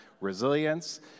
resilience